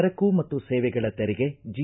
ಸರಕು ಮತ್ತು ಸೇವೆಗಳ ತೆರಿಗೆ ಜಿ